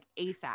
ASAP